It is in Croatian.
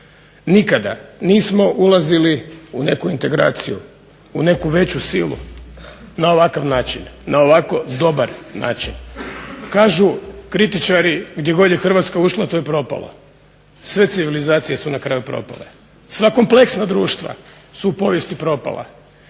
Nikada nismo ulazili u neku integraciju, u neku veću silu na ovakav način, na ovako dobar način. Kažu kritičari gdje god je Hrvatska ušla to je propalo. Sve civilizacije su na kraju propale. Sva kompleksna društva su u povijesti propala.